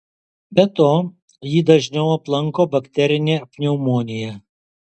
be to jį dažniau aplanko bakterinė pneumonija